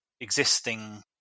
existing